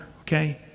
okay